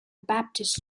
baptist